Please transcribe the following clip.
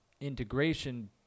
integration